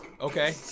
okay